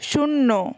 শূন্য